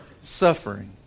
suffering